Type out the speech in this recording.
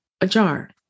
ajar